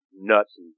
nuts